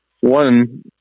one